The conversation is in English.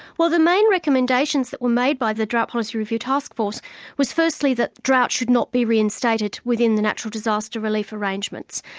well the main recommendations that were made by the drought policy review task force was firstly that drought should not be reinstated within the natural disaster relief arrangements.